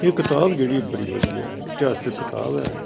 ਇਹ ਕਿਤਾਬ ਜਿਹੜੀ ਬੜੀ ਵਧੀਆ ਹੈ ਇਤਿਹਾਸਿਕ ਕਿਤਾਬ ਹੈ